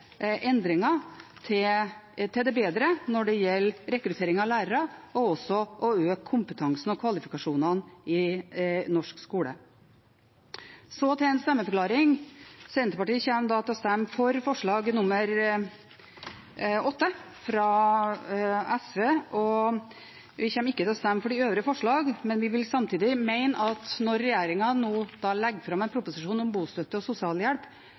endringer til det bedre når det gjelder rekruttering av lærere, og også når det gjelder å øke kompetansen og kvalifikasjonene i norsk skole. Så til en stemmeforklaring: Senterpartiet kommer til å stemme for forslag nr. 8, fra SV. Vi kommer ikke til å stemme for de øvrige forslagene, men vi vil samtidig mene at når regjeringen legger fram en proposisjon om bostøtte og sosialhjelp